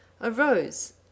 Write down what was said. arose